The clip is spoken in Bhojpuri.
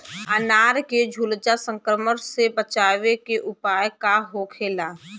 अनार के झुलसा संक्रमण से बचावे के उपाय का होखेला?